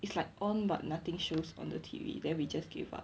it's like on but nothing shows on the T_V then we just give up